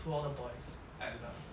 to all the boys I loved